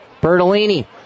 Bertolini